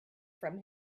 from